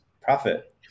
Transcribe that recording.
profit